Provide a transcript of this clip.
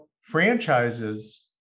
franchises